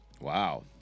Wow